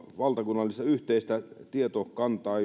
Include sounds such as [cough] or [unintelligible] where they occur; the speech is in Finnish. valtakunnallisesti yhteistä tietokantaa [unintelligible]